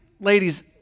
ladies